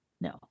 no